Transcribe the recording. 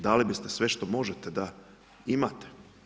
Dali biste sve što možete da imate.